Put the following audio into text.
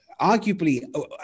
arguably